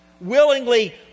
Willingly